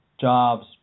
jobs